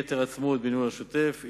יתר עצמאות בניהול השוטף,